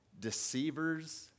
deceivers